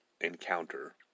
encounter